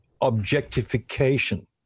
objectification